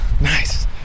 Nice